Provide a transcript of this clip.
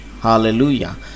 Hallelujah